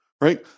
Right